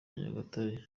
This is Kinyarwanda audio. nyagatare